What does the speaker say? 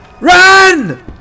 run